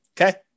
Okay